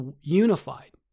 unified